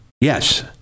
Yes